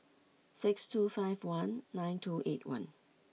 six two five one nine two eight one